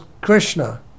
Krishna